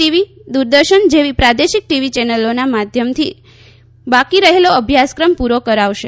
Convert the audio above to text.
TV Doordarshan જેવી પ્રાદેશિક TV ચેનલોના માધ્યમો બાકી રહેલો અભ્યાસક્રમ પુરો કરાવશે